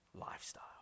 lifestyle